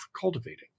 cultivating